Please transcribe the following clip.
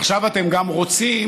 עכשיו אתם גם רוצים